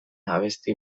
abesti